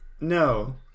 No